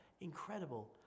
Incredible